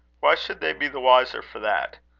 why should they be the wiser for that?